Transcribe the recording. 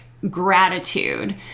gratitude